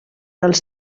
els